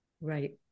right